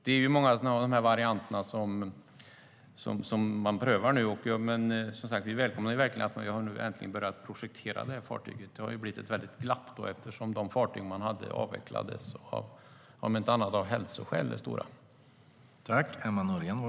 Det är många av de här varianterna som man prövar nu.